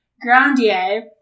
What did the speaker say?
Grandier